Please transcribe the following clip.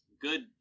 good